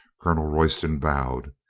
colonel royston bowed.